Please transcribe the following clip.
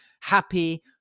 happy